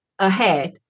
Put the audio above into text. ahead